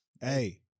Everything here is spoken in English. hey